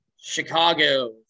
Chicago